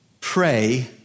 Pray